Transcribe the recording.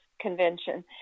convention